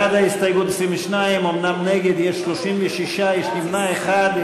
בעד ההסתייגות, 22, אומנם נגד יש 36, יש נמנע אחד.